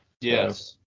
Yes